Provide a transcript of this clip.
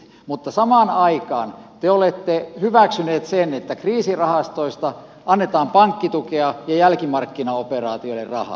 mutta samaan aikaan te olette hyväksyneet sen että kriisirahastoista annetaan pankkitukea ja jälkimarkkinaoperaatioille rahaa